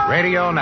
Radio